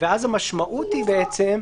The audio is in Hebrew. ואז המשמעות היא בעצם,